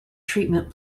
treatment